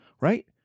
right